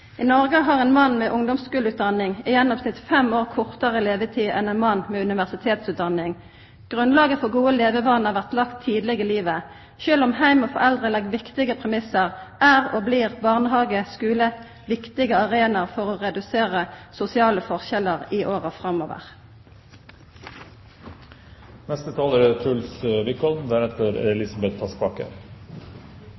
I Noreg har ein mann med ungdomsskuleutdanning i gjennomsnitt fem år kortare levetid enn ein mann med universitetsutdanning. Grunnlaget for gode levevanar vert lagt tidleg i livet. Sjølv om heim og foreldre legg viktige premissar, er og vert barnehage og skule viktige arenaer for å redusera sosiale forskjellar i åra